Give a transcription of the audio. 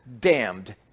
damned